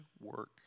work